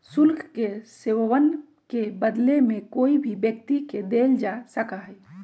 शुल्क के सेववन के बदले में कोई भी व्यक्ति के देल जा सका हई